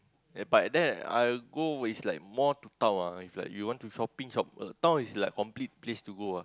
but then I go is like more to town ah is like you want to shopping shop town is like complete place to go ah